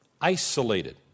isolated